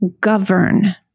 govern